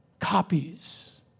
copies